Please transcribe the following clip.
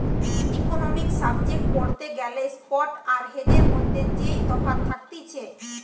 economics subject পড়তে গ্যালে spot আর হেজের মধ্যে যেই তফাৎ থাকতিছে